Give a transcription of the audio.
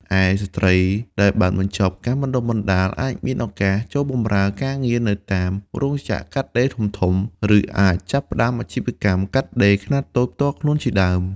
ឯ ស្ត្រីដែលបានបញ្ចប់ការបណ្តុះបណ្តាលអាចមានឱកាសចូលបម្រើការងារនៅតាមរោងចក្រកាត់ដេរធំៗ ឬអាចចាប់ផ្តើមអាជីវកម្មកាត់ដេរខ្នាតតូចផ្ទាល់ខ្លួនជាដើម។